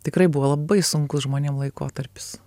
tikrai buvo labai sunkus žmonėm laikotarpis